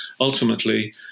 ultimately